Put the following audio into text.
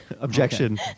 objection